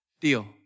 deal